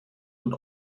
und